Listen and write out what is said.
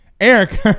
Eric